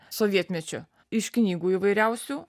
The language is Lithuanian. sovietmečiu iš knygų įvairiausių